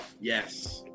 Yes